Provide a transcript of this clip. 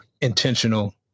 intentional